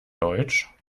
deutsch